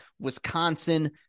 Wisconsin